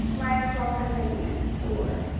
my ex-girlfriend's in unit four.